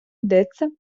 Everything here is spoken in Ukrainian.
йдеться